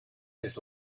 his